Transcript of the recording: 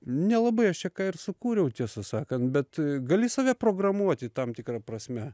nelabai aš čia ką ir sukūriau tiesą sakant bet gali save programuoti tam tikra prasme